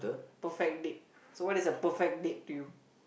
perfect date so what is a perfect date to you